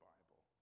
Bible